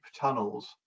tunnels